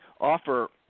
offer